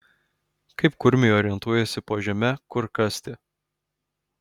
kaip kurmiai orientuojasi po žeme kur kasti